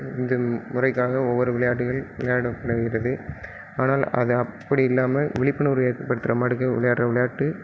இந்த முறைக்காக ஒவ்வொரு விளையாட்டுகள் விளையாடப்படுகிறது ஆனால் அது அப்படி இல்லாமல் விழிப்புணர்வு ஏற்படுத்துகிற மாதிரிக்கு விளையாடுற விளையாட்டு